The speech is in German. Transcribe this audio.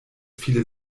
viele